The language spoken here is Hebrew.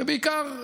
בעיקר,